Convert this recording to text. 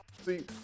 See